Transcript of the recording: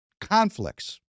conflicts